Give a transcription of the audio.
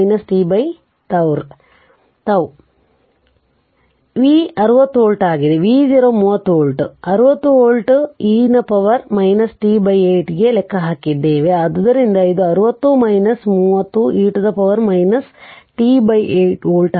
ಆದ್ದರಿಂದ v 60ವೋಲ್ಟ್ ಆಗಿದೆ v0 30 ವೋಲ್ಟ್ 60 ವೋಲ್ಟ್ e ನ ಪವರ್ t8 ಗೆ ಲೆಕ್ಕ ಹಾಕಿದ್ದೇವೆ ಆದ್ದರಿಂದ ಇದು 60 30 e t8ವೋಲ್ಟ್ ಆಗಿರುತ್ತದೆ